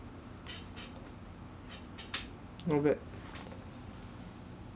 not bad